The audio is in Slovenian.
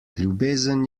ljubezen